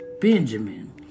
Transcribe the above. Benjamin